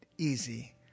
easy